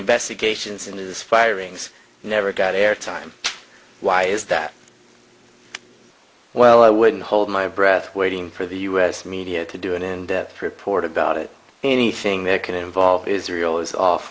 investigations into these firings never got airtime why is that well i wouldn't hold my breath waiting for the us media to do an in depth report about it anything that can involve israel is off